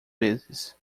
vezes